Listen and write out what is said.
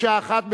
מקשה אחת,